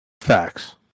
facts